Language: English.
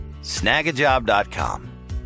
snagajob.com